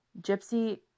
Gypsy